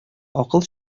акыл